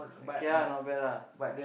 K lah not bad lah